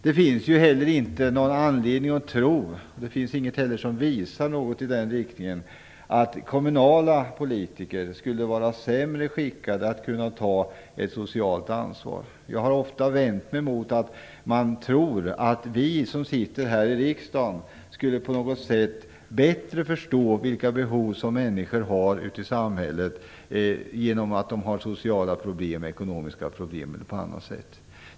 Det finns ingen anledning att tro att kommunala politiker skulle vara sämre skickade att ta ett socialt ansvar, och det finns heller inget som visar något i den riktningen. Jag har ofta vänt mig mot att man tror att vi som sitter här i riksdagen skulle på något sätt bättre förstå vilka behov som finns hos de människor ute i samhället som har sociala problem, ekonomiska problem eller problem på annat sätt.